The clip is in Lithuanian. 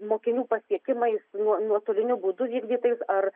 mokinių pasiekimais nuo nuotoliniu būdu vykdytais ar